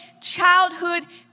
childhood